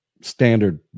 standard